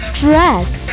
dress